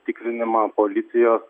tikrinima policijos